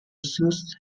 suits